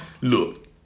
Look